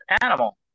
Animal